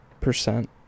percent